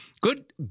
Good